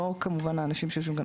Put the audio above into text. לא כמובן האנשים שיושבים כאן,